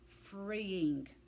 freeing